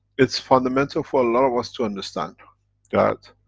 it's fundamental for a lot of us to understand that,